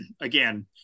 again